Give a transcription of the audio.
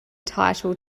title